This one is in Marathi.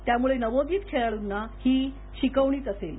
त्यामळे नवोदित खेळाडूंना ही शिकवणीच असेल